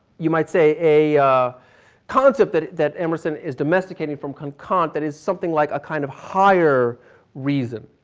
you might say a concept that that emerson is domesticating from cant that is something like a kind of higher reason.